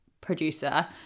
producer